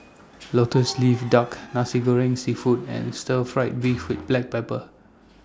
Lotus Leaf Duck Nasi Goreng Seafood and Stir Fried Beef with Black Pepper